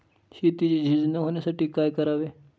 शेतीची झीज न होण्यासाठी काय करावे?